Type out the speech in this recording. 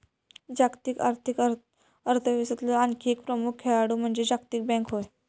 जागतिक आर्थिक व्यवस्थेतलो आणखी एक प्रमुख खेळाडू म्हणजे जागतिक बँक होय